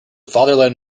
fatherland